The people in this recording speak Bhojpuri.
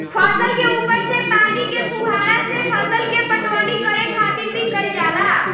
फसल के ऊपर से पानी के फुहारा से फसल के पटवनी करे खातिर भी कईल जाला